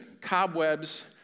cobwebs